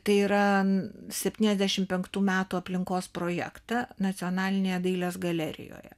tai yra septyniasdešimt penktų metų aplinkos projektą nacionalinėje dailės galerijoje